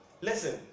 listen